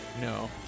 No